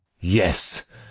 Yes